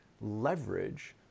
leverage